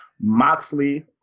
Moxley